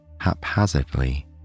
haphazardly